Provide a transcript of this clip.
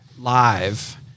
live